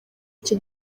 icyo